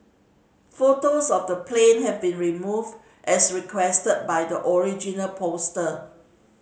photos of the plane have been removed as requested by the original poster